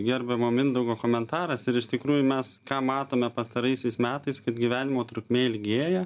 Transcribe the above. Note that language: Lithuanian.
gerbiamo mindaugo komentaras ir iš tikrųjų mes ką matome pastaraisiais metais kad gyvenimo trukmė ilgėja